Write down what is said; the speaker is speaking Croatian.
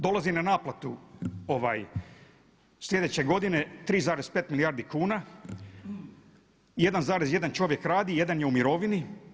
Dolazi na naplatu sljedeće godine 3,5 milijardi kuna, 1,1 čovjek radi, 1 je u mirovini.